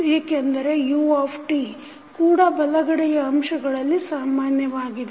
ಏಕೆಂದರೆ ut ಕೂಡ ಬಲಗಡೆಯ ಅಂಶಗಳಲ್ಲಿ ಸಾಮಾನ್ಯವಾಗಿದೆ